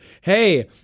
hey